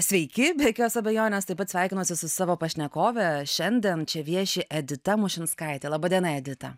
sveiki be jokios abejonės taip pat sveikinuosi su savo pašnekove šiandien čia vieši edita mušinskaitė laba diena edita